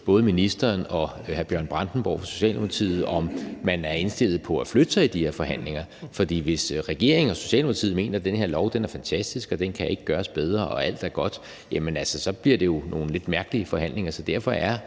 både ministeren og hr. Bjørn Brandenborg fra Socialdemokratiet, om man er indstillet på at flytte sig i de her forhandlinger. For hvis regeringen og Socialdemokratiet mener, at den her lov er fantastisk og ikke kan gøres bedre, og at alt er godt, så bliver det jo nogle lidt mærkelige forhandlinger. Derfor er